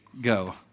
go